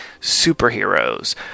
superheroes